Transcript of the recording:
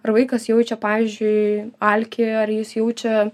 ar vaikas jaučia pavyzdžiui alkį ar jis jaučia